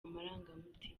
amarangamutima